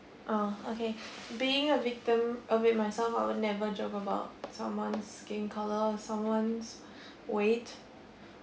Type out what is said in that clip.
uh okay being a victim of it myself I would never joke about someone's skin color or someone's weight